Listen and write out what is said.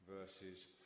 verses